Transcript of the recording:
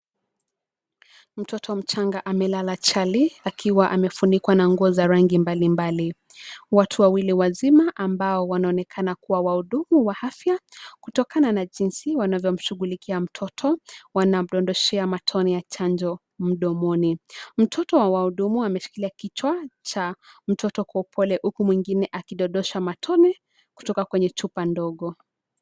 Mtoto mchanga amelala chali, akiwa amefunikwa na nguo za rangi mbalimbali. Watu wawili wazima, ambao wanaonekana kuwa wahudumu wa afya, kutokana na jinsi wanavyomshughulikia mtoto, wanamdondoshea matone ya chanjo mdomoni. Mtoto wa wahudumu ameshikilia kichwa cha mtoto kwa upole, huku mwingine akidodosha matone, kutoka kwenye chupa ndogo.